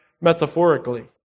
Metaphorically